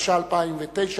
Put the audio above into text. התש"ע 2009,